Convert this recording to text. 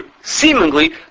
seemingly